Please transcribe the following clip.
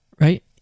right